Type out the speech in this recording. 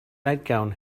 nightgown